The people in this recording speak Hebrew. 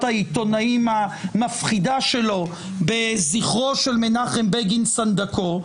העיתונאים המפחידה שלו בזכרו של מנחם בגין סנדקו,